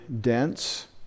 dense